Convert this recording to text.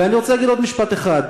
ואני רוצה להגיד עוד משפט אחד,